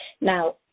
Now